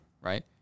Right